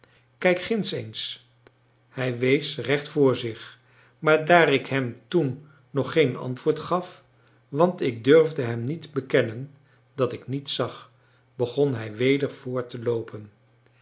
kijk ginds eens hij wees recht vr zich maar daar ik hem toen nog geen antwoord gaf want ik durfde hem niet bekennen dat ik niets zag begon hij weder voort te loopen